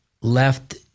left